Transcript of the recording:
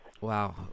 Wow